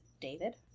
David